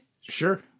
Sure